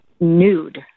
nude